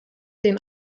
den